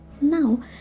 now